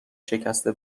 شکسته